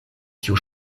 tiu